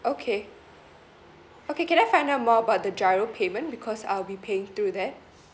okay okay can I find out more about the GIRO payment because I'll be paying through there